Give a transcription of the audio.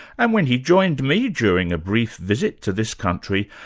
and when he joined me during a brief visit to this country,